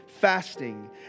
fasting